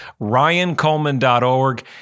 ryancoleman.org